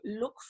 look